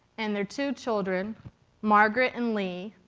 and their two children margaret and lee.